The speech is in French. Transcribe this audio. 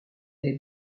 l’est